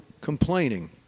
complaining